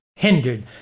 Hindered